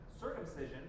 circumcision